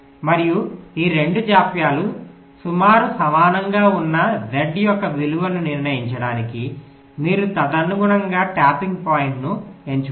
మరియు ఈ 2 జాప్యాలు సుమారు సమానంగా ఉన్న z యొక్క విలువను నిర్ణయించడానికి మీరు తదనుగుణంగా ట్యాపింగ్ పాయింట్ను ఎంచుకోండి